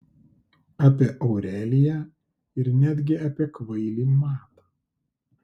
apie aureliją ir netgi apie kvailį matą